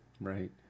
Right